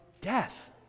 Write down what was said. death